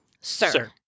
Sir